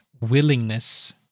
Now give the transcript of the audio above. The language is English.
willingness